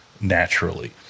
naturally